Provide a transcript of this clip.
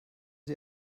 sie